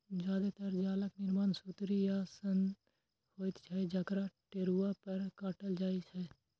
जादेतर जालक निर्माण सुतरी सं होइत छै, जकरा टेरुआ पर काटल जाइ छै